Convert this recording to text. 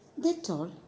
that's all